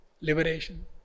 liberation